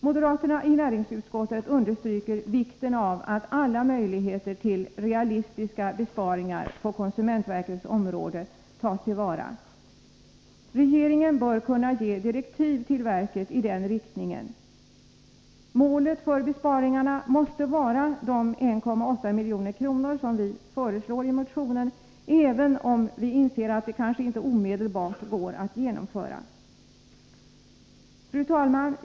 Moderaterna i näringsutskottet understryker vikten av att alla möjligheter till realistiska besparingar på konsumentverkets område tas till vara. Regeringen bör kunna ge direktiv till verket i den riktningen. Målet för besparingarna måste vara de 1,8 milj.kr. som vi föreslår i motionen, även om vi inser att det kanske inte omedelbart kan uppnås. Fru talman!